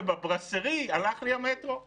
המשרד עושה משהו אנחנו יודעים להוציא אותו החוצה.